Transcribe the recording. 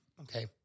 Okay